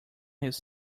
his